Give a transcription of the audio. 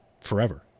forever